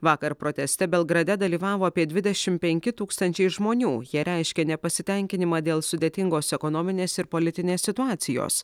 vakar proteste belgrade dalyvavo apie dvidešim penki tūkstančiai žmonių jie reiškė nepasitenkinimą dėl sudėtingos ekonominės ir politinės situacijos